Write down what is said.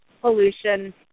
pollution